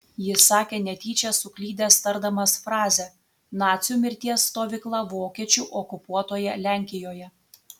jis sakė netyčia suklydęs tardamas frazę nacių mirties stovykla vokiečių okupuotoje lenkijoje